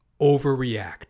overreact